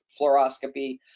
fluoroscopy